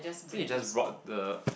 so you just brought the